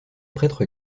prêtre